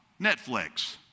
Netflix